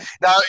Now